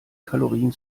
kalorien